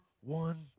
one